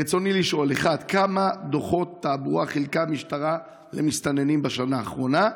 רצוני לשאול: 1. כמה דוחות תעבורה חילקה המשטרה למסתננים בשנה האחרונה?